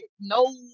no